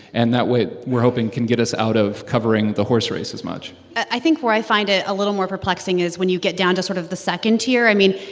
and that way we're hoping can get us out of covering the horse race as much i think where i find it a little more perplexing is when you get down to sort of the second tier. i mean,